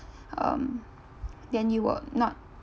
um then you will not